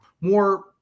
more